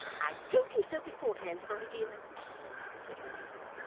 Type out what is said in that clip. i told you so beforehand, my dear said louisa.